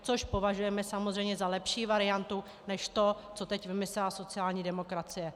Což považujeme samozřejmě za lepší variantu než to, co teď vymyslela sociální demokracie.